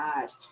God